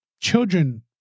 children